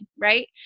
right